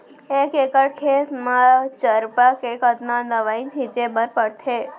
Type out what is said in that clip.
एक एकड़ खेत म चरपा के कतना दवई छिंचे बर पड़थे?